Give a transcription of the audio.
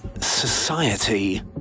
Society